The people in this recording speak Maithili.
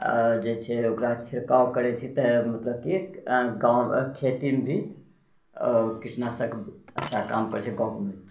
जेछै ओकरा छिड़काव करै छी तऽ मतलब कि गाँव खेतीमे भी कीटनाशक अच्छा काम करै छै गौके मूत्र